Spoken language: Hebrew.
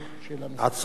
עצורים במתקן